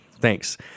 thanks